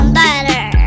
butter